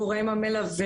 הגורם המלווה,